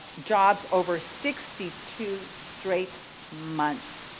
jobs over sixty two straight months.